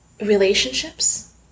relationships